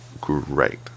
great